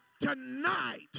Tonight